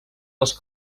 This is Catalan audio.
les